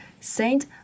Saint